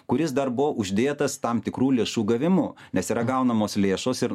kuris dar buvo uždėtas tam tikrų lėšų gavimu nes yra gaunamos lėšos ir